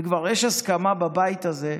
וכבר יש הסכמה בבית הזה,